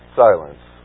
silence